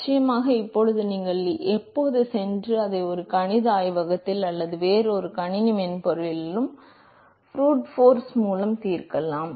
நிச்சயமாக இப்போது நீங்கள் எப்போதும் சென்று அதை ஒரு கணித ஆய்வகத்தில் அல்லது வேறு எந்த கணினி மென்பொருளிலும் ப்ரூட் ஃபோர்ஸ் மூலம் தீர்க்கலாம்